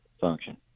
function